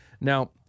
Now